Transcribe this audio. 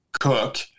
Cook